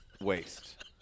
waste